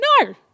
No